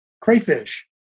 crayfish